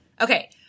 Okay